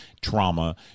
trauma